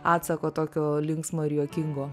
atsako tokio linksmo ir juokingo